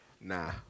Nah